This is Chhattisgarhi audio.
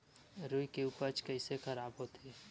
रुई के उपज कइसे खराब होथे?